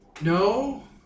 No